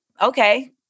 okay